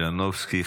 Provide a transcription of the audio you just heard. מלינובסקי,